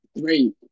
great